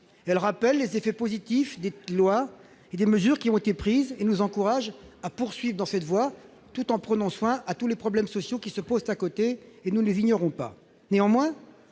souligne les effets positifs des lois et des mesures qui ont été prises, et elle nous encourage à poursuivre dans cette voie, tout en prenant soin de tous les problèmes sociaux qui se posent à côté et que nous n'ignorons pas.